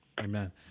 Amen